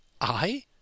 I